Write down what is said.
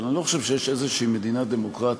אבל אני לא חושב שיש איזו מדינה דמוקרטית